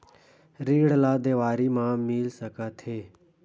ऋण ला देवारी मा मिल सकत हे